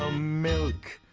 ah milk